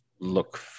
look